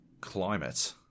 climate